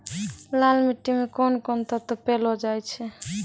लाल मिट्टी मे कोंन कोंन तत्व पैलो जाय छै?